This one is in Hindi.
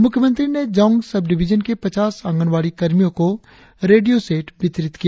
मुख्यमंत्री ने जांग सब डिविजन के पचास आंगनवाड़ी कर्मियों को रेडियों सेट वितरित किया